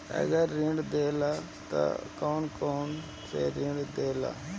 अगर ऋण देला त कौन कौन से ऋण देला?